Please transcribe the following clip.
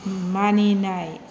मानिनाय